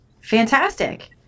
fantastic